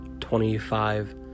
twenty-five